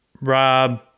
Rob